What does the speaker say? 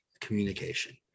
communication